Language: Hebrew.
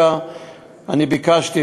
אני ביקשתי,